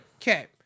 Okay